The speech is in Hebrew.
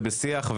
ובשיח,